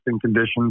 conditions